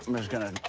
i'm just gonna,